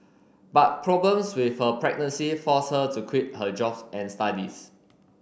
but problems with her pregnancy forced her to quit her jobs and studies